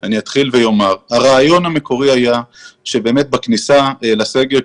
אני אתחיל ואומר שהרעיון המקורי היה שבאמת בכניסה לסגר,